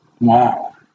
Wow